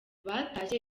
batashye